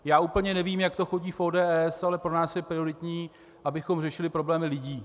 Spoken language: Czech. Já úplně nevím, jak to chodí v ODS, ale pro nás je prioritní, abychom řešili problémy lidí.